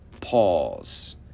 pause